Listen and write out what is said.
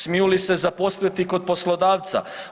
Smiju li se zaposliti kod poslodavca?